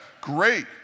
Great